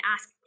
ask